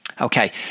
okay